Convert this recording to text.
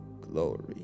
glory